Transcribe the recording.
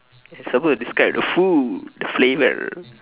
you are supposed to describe the food the flavour